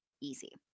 easy